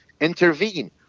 intervene